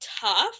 tough